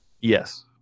Yes